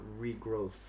regrowth